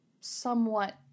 somewhat